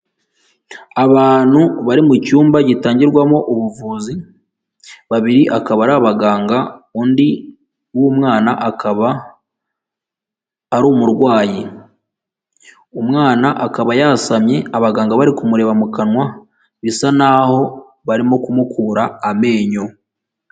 Abantu bari mu cyumba gitangirwamo ubuvuzi babiri akaba ari abaganga undi w'umwana akaba ari umurwayi, umwana akaba yasamye abaganga bari kumureba mu kanwa, bisa naho barimo kumukura amenyo.